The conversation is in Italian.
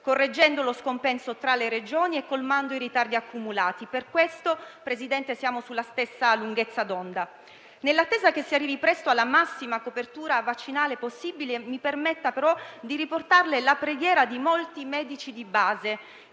correggendo lo scompenso tra le Regioni e colmando i ritardi accumulati. Per questo, signor Presidente, siamo sulla stessa lunghezza d'onda. Nell'attesa che si arrivi presto alla massima copertura vaccinale possibile, mi permetta però di riportarle la preghiera di molti medici di base